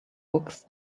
books